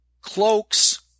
Cloaks